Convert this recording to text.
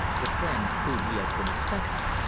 the friend whom he has been expecting!